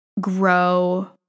grow